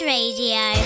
Radio